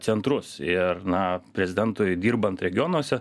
centrus ir na prezidentui dirbant regionuose